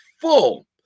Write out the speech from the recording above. full